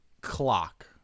clock